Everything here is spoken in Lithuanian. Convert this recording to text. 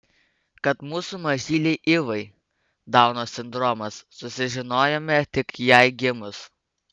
kad mūsų mažylei ivai dauno sindromas sužinojome tik jai gimus